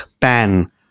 pan